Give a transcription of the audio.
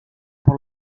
por